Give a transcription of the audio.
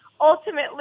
ultimately